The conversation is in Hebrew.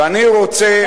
ואני רוצה,